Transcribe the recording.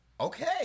okay